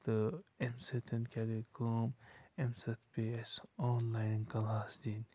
تہٕ اَمہِ سۭتۍ کیٛاہ گٔے کٲم اَمہِ سۭتۍ پے اَسہِ آن لایِن کلاس دِنۍ